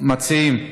מציעים?